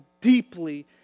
deeply